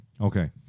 Okay